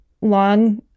long